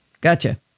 Gotcha